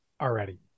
already